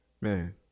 Man